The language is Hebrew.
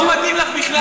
לא מתאים לך להתבטא ככה.